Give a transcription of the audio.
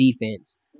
defense